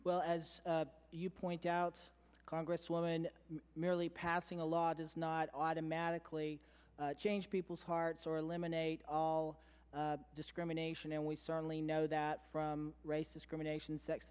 well as you point out congresswoman merely passing a law does not automatically change people's hearts or lemonade all discrimination and we certainly know that from race discrimination sex